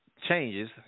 changes